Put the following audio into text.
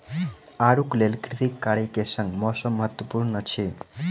आड़ूक लेल कृषि कार्य के संग मौसम महत्वपूर्ण अछि